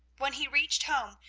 when he reached home,